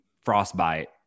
frostbite